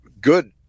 good